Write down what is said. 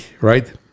right